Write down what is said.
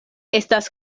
estas